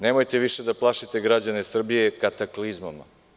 Nemojte više da plašite građane Srbije kataklizmom.